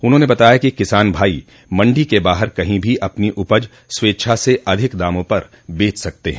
उन्होंने बताया कि किसान भाई मंडी के बाहर कहीं भी अपनी उपज स्वेच्छा से अधिक दामों पर बेच सकते हैं